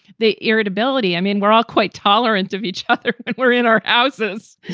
they irritability, i mean, we're all quite tolerant of each other. we're in our houses.